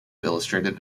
illustrated